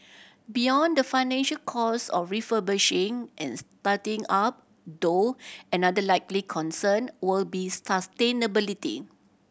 beyond the financial costs of refurbishing and starting up though another likely concern will be sustainability